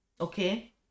Okay